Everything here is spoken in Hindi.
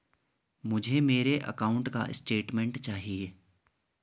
मुझे मेरे अकाउंट का स्टेटमेंट चाहिए?